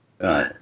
right